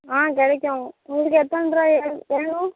ஆ கிடைக்கும் உங்களுக்கு எத்தனைரூவாய்ல வேணும்